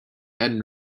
and